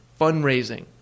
fundraising